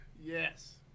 Yes